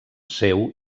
seu